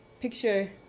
picture